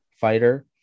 fighter